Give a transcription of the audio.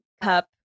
cup